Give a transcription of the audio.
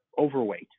overweight